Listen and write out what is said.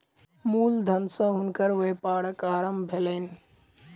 मूल धन सॅ हुनकर व्यापारक आरम्भ भेलैन